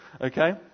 okay